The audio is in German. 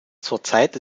zurzeit